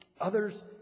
Others